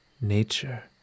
nature